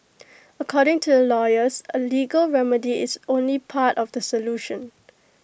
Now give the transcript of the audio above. according to the lawyers A legal remedy is only part of the solution